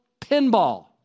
pinball